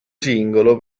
singolo